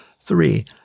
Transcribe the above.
Three